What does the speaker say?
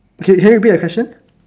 can can you repeat the question